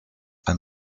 ein